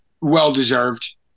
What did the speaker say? well-deserved